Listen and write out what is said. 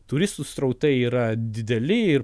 turistų srautai yra dideli ir